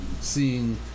seeing